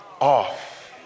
off